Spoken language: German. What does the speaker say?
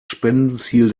spendenziel